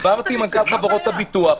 דיברתי עם מנכ"ל חברות הביטוח,